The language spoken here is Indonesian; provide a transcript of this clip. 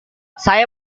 saya